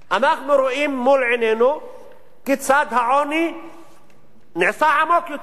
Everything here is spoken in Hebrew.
אנחנו רואים מול עינינו כיצד העוני נעשה עמוק יותר,